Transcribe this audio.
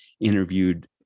interviewed